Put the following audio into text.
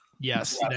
Yes